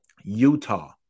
Utah